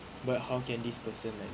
but how can this person like